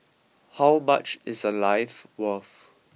how much is a life worth